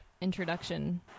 introduction